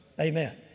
Amen